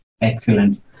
Excellent